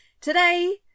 Today